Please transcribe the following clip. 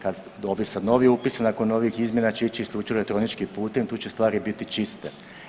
Kad dobe sad novi upis, nakon ovih izmjena će ići isključivo elektroničkim putem i tu će stvari biti čiste.